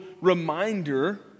reminder